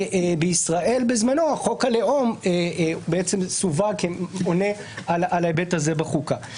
בישראל בזמנו חוק הלאום סווג כעונה על ההיבט הזה בחוקה.